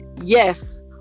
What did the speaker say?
yes